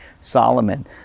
Solomon